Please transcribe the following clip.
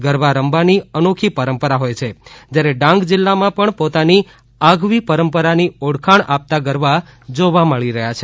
ગરબા રમવાની અનોખી પરંપરા હોય છે જ્યારે ડાંગ જિલ્લામાં પણ પોતાની આગવી પરંપરા ની ઓળખાણ આપતા ગરબા જોવા મળી રહ્યા છે